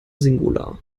singular